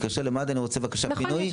מתקשרת למד"א ואני רוצה בבקשה פינוי,